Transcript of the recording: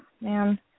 Man